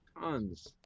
Tons